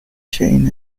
cheyenne